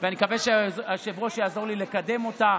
ואני מקווה שהיושב-ראש יעזור לי לקדם אותה,